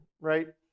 right